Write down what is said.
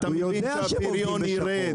אתה מבין שהפריון ירד?